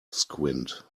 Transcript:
squint